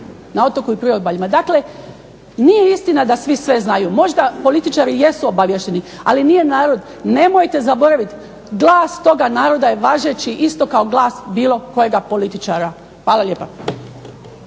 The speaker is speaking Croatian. na otoku i priobaljima. Dakle nije istina da svi sve znaju, možda političari jesu obaviješteni ali nije narod. Nemojte zaboravit, glas toga naroda je važeći isto kao glas bilo kojega političara. Hvala lijepa.